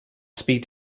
speed